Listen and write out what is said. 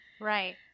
right